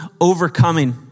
overcoming